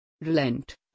Relent